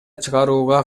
чыгарууга